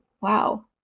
Wow